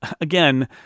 again